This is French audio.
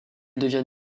devient